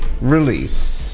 release